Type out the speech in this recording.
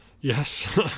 Yes